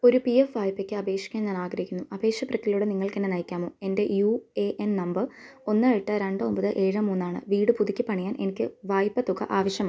ഒരു P F വായ്പയ്ക്ക് അപേക്ഷിക്കാൻ ഞാൻ ആഗ്രഹിക്കുന്നു അപേക്ഷ പ്രക്രിയയിലൂടെ നിങ്ങൾക്ക് എന്നെ നയിക്കാമോ എൻ്റെ യു എ എൻ നമ്പർ ഒന്ന് എട്ട് രണ്ട് ഒൻപത് ഏഴ് മൂന്ന് ആണ് വീട് പുതുക്കിപ്പണിയാൻ എനിക്ക് വായ്പ തുക ആവശ്യമാണ്